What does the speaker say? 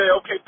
okay